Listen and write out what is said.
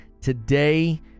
today